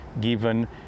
given